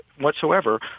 whatsoever